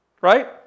right